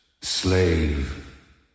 Slave